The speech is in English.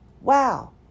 Wow